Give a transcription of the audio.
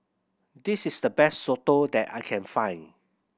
this is the best soto that I can find